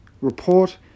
report